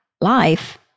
life